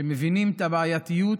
שמבינים את הבעייתיות